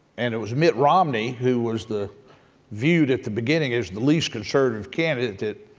and it was mitt romney who was the viewed at the beginning as the least conservative candidate that